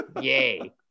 yay